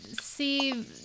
see